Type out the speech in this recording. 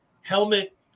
helmet